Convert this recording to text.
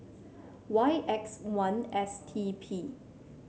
Y X one S T P